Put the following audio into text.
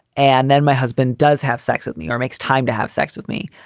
and then my husband does have sex with me or makes time to have sex with me.